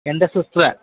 എൻ്റെ സിസ്റ്റർ